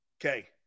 Okay